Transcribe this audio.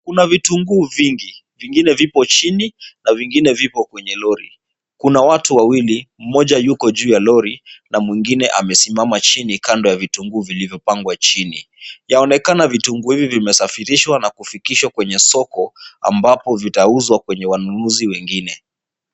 Kuna vitunguu vingi. Vingine vipo chini na vingine viko juu ya gari. Kuna watu wawili, mmoja yuko juu ya lori na mwingine amesimama chini kando ya vitunguu vilivyopangwa chini. Yaonekana vitunguu hivi vimesafirishwa na kufikishwa kwenye soko, ambapo vitauzwa kwenye wanunuzi wengine.